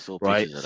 right